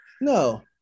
no